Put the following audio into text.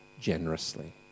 generously